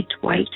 white